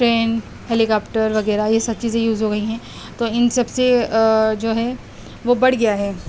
train helicopter وغیرہ یہ سب چیزیں یوز ہوگئی ہیں تو ان سب سے جو ہے وہ بڑھ گیا ہے